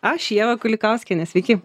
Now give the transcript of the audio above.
aš ieva kulikauskienė sveiki